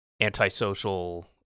antisocial